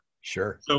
Sure